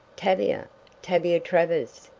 tavia tavia travers.